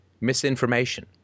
misinformation